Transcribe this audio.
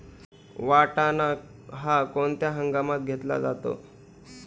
वाटाणा हा कोणत्या हंगामात घेतला जातो?